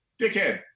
dickhead